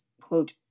quote